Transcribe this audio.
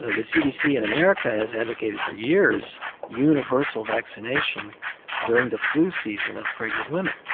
the the cdc in america has advocated for years universal vaccination during the flu season of pregnant women.